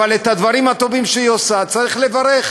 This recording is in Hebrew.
אבל על הדברים הטובים שהיא עושה צריך לברך.